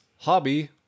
hobby